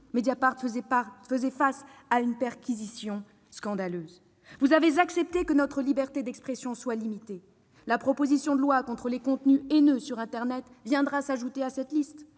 février, faisait face à une perquisition scandaleuse ! Vous avez accepté que notre liberté d'expression soit limitée. La proposition de loi contre les contenus haineux sur internet viendra s'ajouter à la liste,